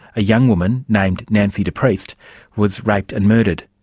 a young woman named nancy depriest was raped and murdered.